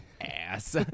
ass